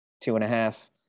two-and-a-half